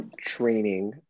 training